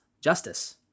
justice